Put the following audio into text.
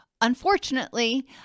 unfortunately